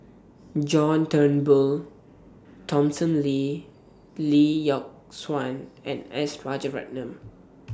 John Turnbull Thomson Lee Lee Yock Suan and S Rajaratnam